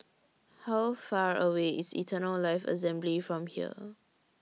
How Far away IS Eternal Life Assembly from here